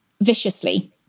viciously